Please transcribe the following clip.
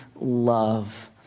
love